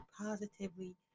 positively